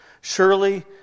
Surely